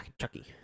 Chucky